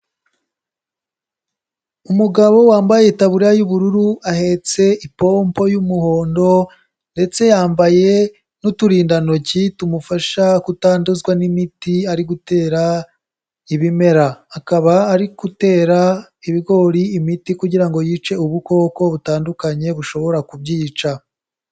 Umugabo wambaye itaburiya y'ubururu, ahetse ibomo y'umuhondo ndetse yambaye n'uturindantoki tumufasha kutanduzwa n'imiti ari gutera ibimera. Akaba ari gutera ibigori imiti kugira ngo yice ubukoko butandukanye bushobora kubyica.